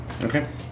Okay